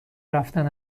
رفتن